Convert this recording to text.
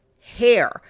hair